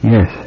Yes